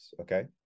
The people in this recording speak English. okay